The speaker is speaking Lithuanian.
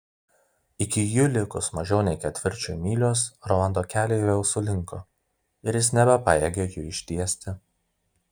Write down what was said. iki jų likus mažiau nei ketvirčiui mylios rolando keliai vėl sulinko ir jis nebepajėgė jų ištiesti